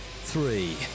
three